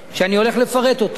שאני הולך לפרט אותם.